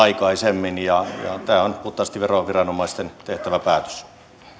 aikaisemmin tämä on puhtaasti veroviranomaisten tehtävä päätös